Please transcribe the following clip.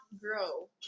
grow